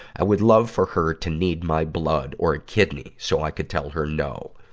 i would love for her to need my blood or kidney, so i could tell her no.